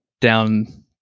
down